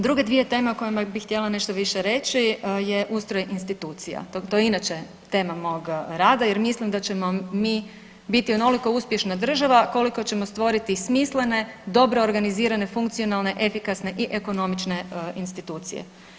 Druge dvije teme o kojima bi htjela nešto više reći je ustroj institucija, to je inače tema mog rada jer mislim da ćemo mi biti onoliko uspješna država koliko ćemo stvoriti smislene, dobro organizirane, funkcionalne, efikasne i ekonomične institucije.